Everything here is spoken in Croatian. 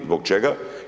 Zbog čega?